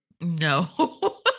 No